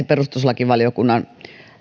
perustuslakivaliokunnan